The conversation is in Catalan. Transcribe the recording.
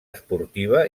esportiva